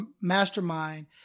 mastermind